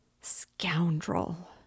Scoundrel